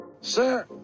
Sir